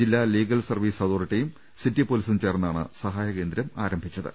ജില്ലാ legal service അതോറിറ്റിയും city പൊലീസും ചേർന്നാണ് സഹായകേന്ദ്രം ആരംഭിച്ചത്